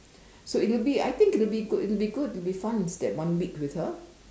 so it will be I think it will be good it will be good it will be fun with that one week with her